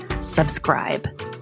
subscribe